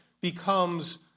becomes